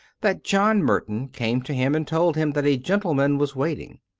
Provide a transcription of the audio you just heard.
that john merton came to him and told him that a gentleman was waiting.